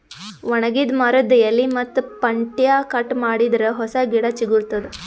ಒಣಗಿದ್ ಮರದ್ದ್ ಎಲಿ ಮತ್ತ್ ಪಂಟ್ಟ್ಯಾ ಕಟ್ ಮಾಡಿದರೆ ಹೊಸ ಗಿಡ ಚಿಗರತದ್